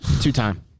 Two-time